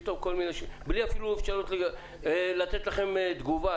אפילו בלי אפשרות לתת לכם להגיב,